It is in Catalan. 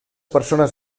persones